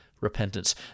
repentance